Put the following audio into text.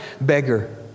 beggar